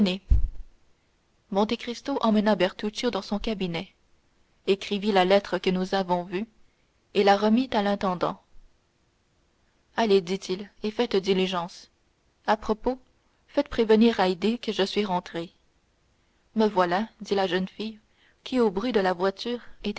venez monte cristo emmena bertuccio dans son cabinet écrivit la lettre que nous avons vue et la remit à l'intendant allez dit-il et faites diligence à propos faites prévenir haydée que je suis rentré me voilà dit la jeune fille qui au bruit de la voiture